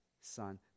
son